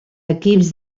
equips